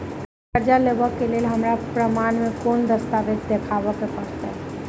करजा लेबाक लेल हमरा प्रमाण मेँ कोन दस्तावेज देखाबऽ पड़तै?